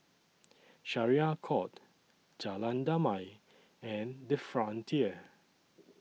Syariah Court Jalan Damai and The Frontier